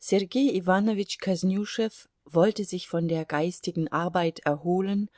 sergei iwanowitsch kosnüschew wollte sich von der geistigen arbeit erholen